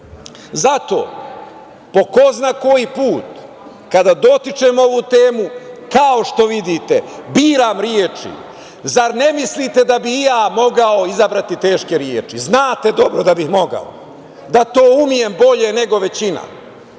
po ko zna koji put, kada dotičem ovu temu, kao što vidite, biram reči. Zar ne mislite da bih i ja mogao izabrati teške reči? Znate dobro da bih mogao, da to umem bolje nego većina.